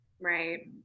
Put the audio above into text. Right